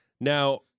Now